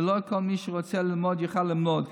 ולא כל מי שרוצה ללמוד יוכל ללמוד.